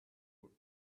would